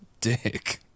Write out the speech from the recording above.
dick